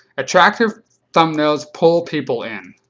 attractive thumbnails pull people in.